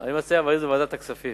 אני מציע להעביר את זה לוועדת הכספים.